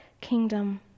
kingdom